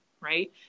right